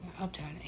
Uptown